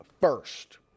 first